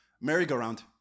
merry-go-round